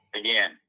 again